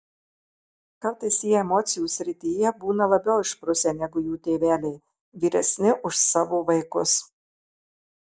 kartais jie emocijų srityje būna labiau išprusę negu jų tėveliai vyresni už savo vaikus